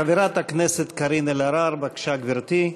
חברת הכנסת קארין אלהרר, בבקשה, גברתי.